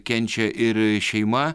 kenčia ir šeima